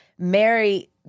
Mary